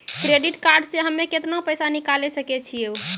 Credit card से हम्मे केतना पैसा निकाले सकै छौ?